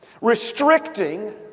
restricting